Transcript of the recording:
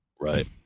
right